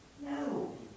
No